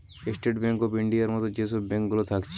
state bank of ইন্ডিয়ার মত যে সব ব্যাঙ্ক গুলা থাকছে